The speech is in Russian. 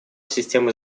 системы